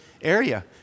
area